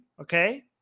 okay